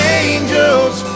angels